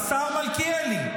השר מלכיאלי,